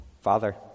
Father